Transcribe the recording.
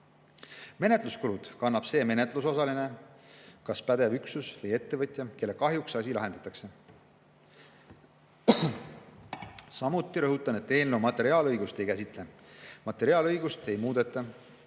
Menetluskulud kannab see menetlusosaline – pädev üksus või ettevõtja –, kelle kahjuks asi lahendatakse. Samuti rõhutan, et eelnõu ei käsitle materiaalõigust. Materiaalõigust ei muudeta.